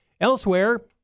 Elsewhere